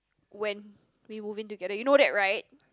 when we moving together you know that right